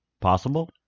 Possible